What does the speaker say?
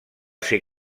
ser